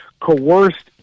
coerced